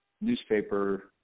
newspaper